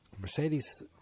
Mercedes